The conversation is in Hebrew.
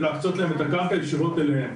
להקצות להם את הקרקע ישירות אליהם.